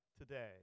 today